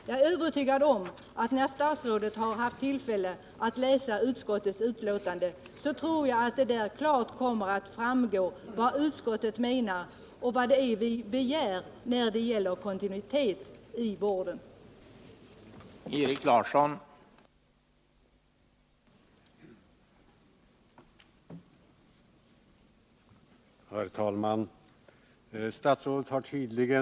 Jag är övertygad om att statsrådet, när hon har haft tillfälle att läsa utskottets betänkande, kommer att finna att det klart framgår vad utskottet menar med kontinuiteten i vården och vad som krävs för att den skall